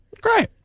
Great